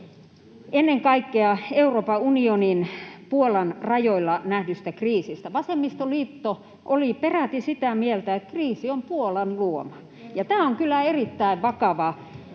ennen kaikkea Euroopan unionin Puolan rajoilla nähdystä kriisistä. Vasemmistoliitto oli peräti sitä mieltä, että kriisi on Puolan luoma. [Jussi Saramo: